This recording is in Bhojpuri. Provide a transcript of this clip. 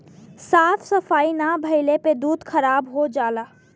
साफ सफाई ना भइले पे दूध खराब हो जाला